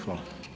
Hvala.